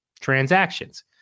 transactions